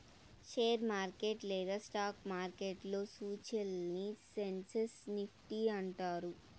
share market లేదా stock మార్కెట్లో సూచీలని సెన్సెక్స్ నిఫ్టీ అంటారు